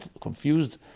confused